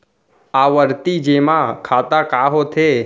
आवर्ती जेमा खाता का होथे?